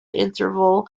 interval